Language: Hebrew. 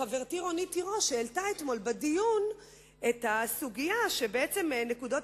חברתי רונית תירוש העלתה אתמול בדיון את הסוגיה שבעצם נקודות